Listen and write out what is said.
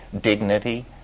dignity